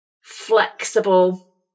flexible